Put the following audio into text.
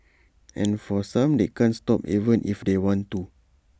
and for some they can't stop even if they want to